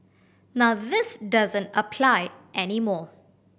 now this doesn't apply any more